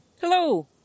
Hello